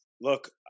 look